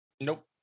Nope